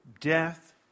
Death